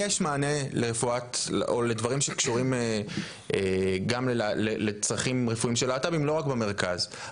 יש מענה לדברים שקשורים גם לצרכים רפואיים של להט״בים ולא רק במרכז.